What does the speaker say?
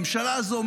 הממשלה הזו,